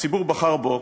הציבור בחר בו,